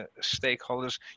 stakeholders